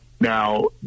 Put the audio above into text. Now